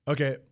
Okay